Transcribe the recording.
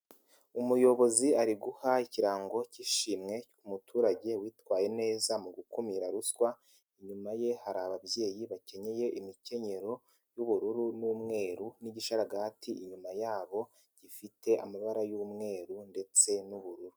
Umuyobozi ari guha ikirango k'ishimwe umuturage witwaye neza mu gukumira ruswa, inyuma ye hari ababyeyi bakenyeye imikenyero y'ubururu n'umweru n'igisharaga inyuma yabo gifite amabara y'umweru ndetse n'ubururu.